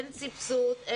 אין סבסוד,